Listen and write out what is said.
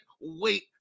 wait